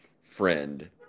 friend